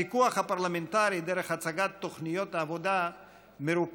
הפיקוח הפרלמנטרי דרך הצגת תוכניות עבודה מרוכזת